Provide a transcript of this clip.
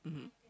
mmhmm